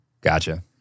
Gotcha